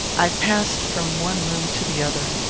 i passed from one room to the other.